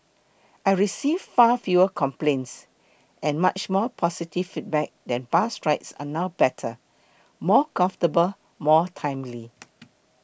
I receive far fewer complaints and much more positive feedback that bus rides are now better more comfortable more timely